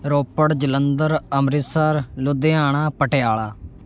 Ropar Jalandhar Amritsar Ludhiana Patiala